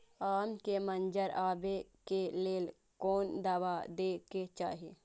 आम के मंजर आबे के लेल कोन दवा दे के चाही?